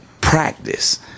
practice